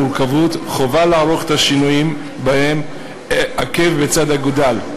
חובה לערוך את השינויים בהם עקב בצד אגודל,